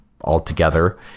altogether